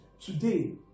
today